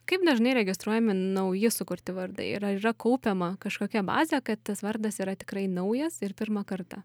kaip dažnai registruojami nauji sukurti vardai ir ar yra kaupiama kažkokia bazė kad tas vardas yra tikrai naujas ir pirmą kartą